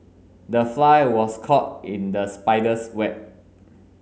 the fly was caught in the spider's web